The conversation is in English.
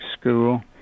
school